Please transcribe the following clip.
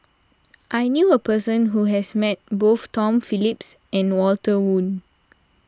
I knew a person who has met both Tom Phillips and Walter Woon